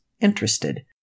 interested